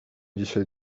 dzisiaj